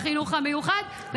לחינוך המיוחד.